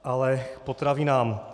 Ale k potravinám.